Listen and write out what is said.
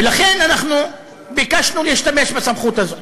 ולכן אנחנו ביקשנו להשתמש בסמכות הזאת.